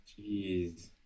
Jeez